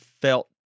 felt